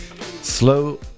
slow